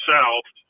South